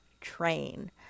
Train